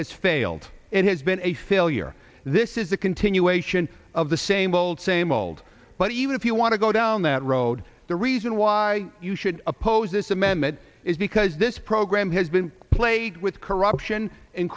has failed it has been a failure this is a continuation of the same old same old but even if you want to go down that road the reason why you should oppose this amendment is because this program has been plagued with corruption in